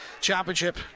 Championship